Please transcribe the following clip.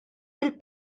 fil